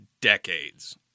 decades